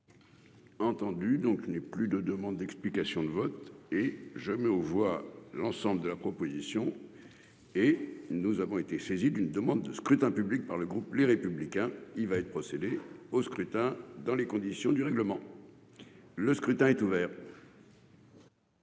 Entendu donc n'est plus de demandes d'explications de vote et je mets aux voix l'ensemble de la proposition. Et nous avons été saisi d'une demande de scrutin public par le groupe Les Républicains, il va être procédé au scrutin dans les conditions du règlement. Le scrutin est ouvert.